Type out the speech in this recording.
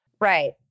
right